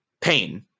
Pain